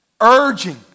urging